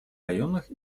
районах